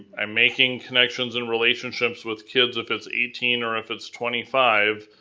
i'm making connections and relationships with kids if it's eighteen or if it's twenty five,